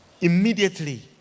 immediately